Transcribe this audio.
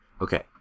Okay